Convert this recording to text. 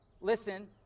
Listen